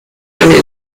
lange